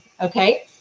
Okay